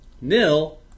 Nil